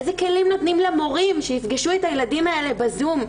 איזה כלים נותנים למורים שיפגשו את הילדים האלה בזום?